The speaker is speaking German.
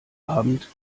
abend